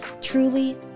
truly